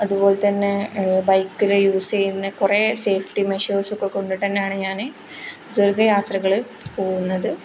അതുപോലെത്തന്നെ ബൈക്കിൽ യൂസ് ചെയ്യുന്ന കുറേ സേഫ്റ്റി മെഷേഴ്സ് ഒക്കെ കൊണ്ടിട്ട് തന്നെയാണ് ഞാൻ ദീർഘയാത്രകൾ പോകുന്നത്